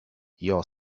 your